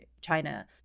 China